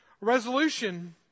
Resolution